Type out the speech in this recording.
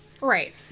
Right